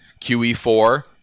QE4